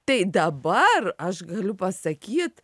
tai dabar aš galiu pasakyt